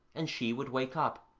and she would wake up.